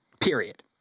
Period